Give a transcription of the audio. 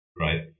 right